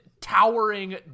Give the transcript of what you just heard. towering